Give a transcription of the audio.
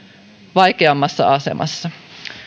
vaikeammassa asemassa myös